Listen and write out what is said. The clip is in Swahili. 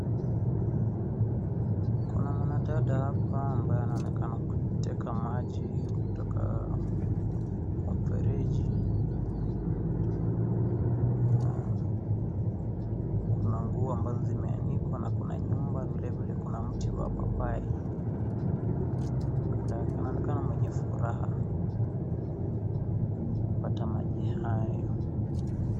Kuna mwanadada hapa ambaye anaonekana kuteka maji kutoka kwa mfereji. Kuna nguo ambazo zimeanikwa na kuna nyumba na vilevile kuna mti wa papai anaonekana mwenye furaha kupata maji hayo.